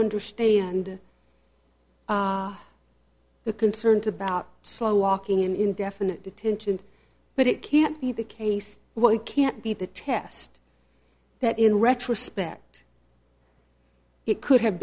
understand the concerns about slow walking in definite detention but it can't be the case well it can't be the test that in retrospect it could have